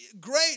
Great